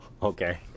Okay